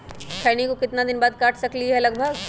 खैनी को कितना दिन बाद काट सकलिये है लगभग?